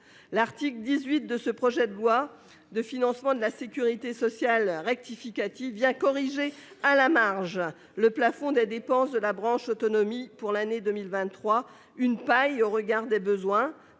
L'article 18 de ce projet de loi de financement rectificative de la sécurité sociale vient corriger à la marge le plafond des dépenses de la branche autonomie pour l'année 2023. C'est une paille au regard des besoins